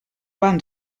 van